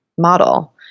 model